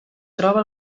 troba